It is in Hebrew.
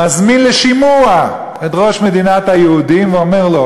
מזמין לשימוע את ראש מדינת היהודים ואומר לו,